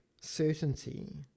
certainty